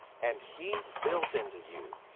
and he built into you,